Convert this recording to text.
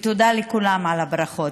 תודה לכולם על הברכות.